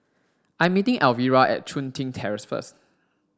I'm meeting Alvira at Chun Tin Terrace first